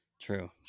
True